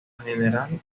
general